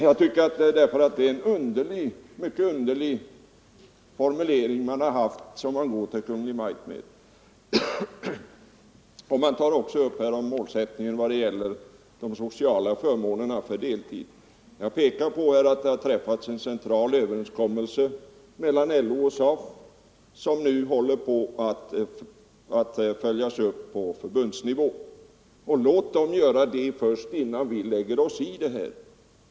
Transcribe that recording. Jag tycker att det är en mycket underlig formulering. Man tar också upp problemet med de sociala förmånerna vid deltidsarbete. Jag har påpekat att en central överenskommelse har träffats mellan LO och SAF och att denna nu följs upp på förbundsnivå. Låt dem göra det först innan vi lägger oss i detta!